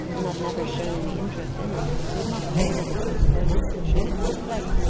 and had never shown any interest in it, would not learn of the postponement, should it take place,